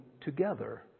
together